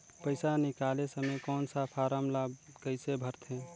पइसा निकाले समय कौन सा फारम ला कइसे भरते?